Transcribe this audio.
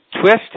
twist